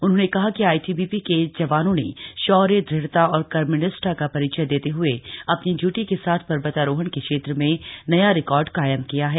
उन्होंने कहा कि आईटीबीपी के जवानों ने शौर्य दृढ़ता और कर्मनिष्ठा का परिचय देते हए अपनी ड्यूटी के साथ पर्वतारोहण के क्षेत्र में नया रिकॉर्ड कायम किया है